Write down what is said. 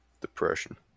Depression